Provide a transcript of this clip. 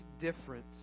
different